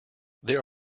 there